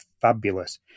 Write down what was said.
fabulous